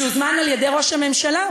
שהוזמן על-ידי ראש הממשלה,